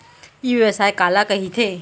ई व्यवसाय काला कहिथे?